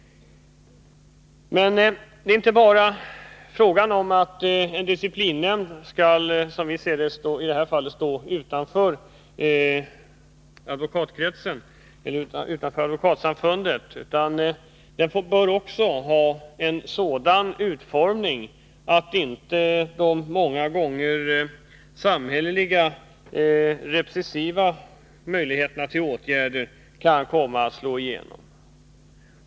Det är emellertid inte bara fråga om att disciplinnämnden skall stå utanför Advokatsamfundet. Nämnden bör också ha en sådan sammansättning att samhällets möjligheter till repressiva åtgärder inte kan komma att slå igenom.